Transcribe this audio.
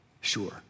sure